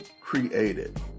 created